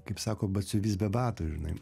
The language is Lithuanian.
kaip sako batsiuvys be batų žinai